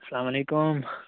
اَلسَلامُ علیکُم